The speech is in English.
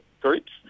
groups